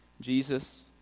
Jesus